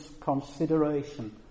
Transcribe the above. consideration